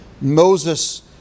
Moses